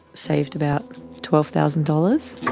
saved about twelve thousand dollars.